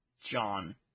John